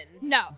No